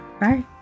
Bye